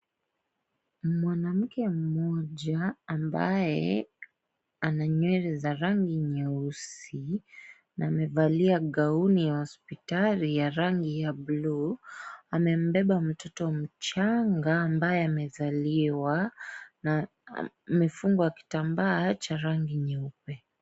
Mwanamke mmoja ambaye ana nywele za rangi nyeusi na amevalia gauni ya hospitali ya rangi ya buluu, amembeba mtoto mchanga ambaye amezaliwa na amefungwa kitambaa cha rangi nyeupe.